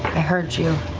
heard you.